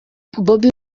bobi